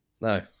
No